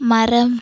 மரம்